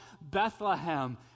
Bethlehem